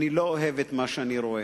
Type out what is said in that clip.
אני לא אוהב את מה שאני רואה.